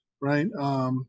right